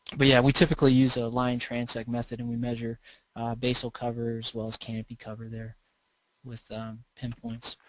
but yeah we typically use a line transect method and we measure basal cover as well as canopy cover there with pinpoints.